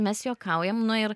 mes juokaujam nu ir